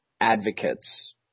advocates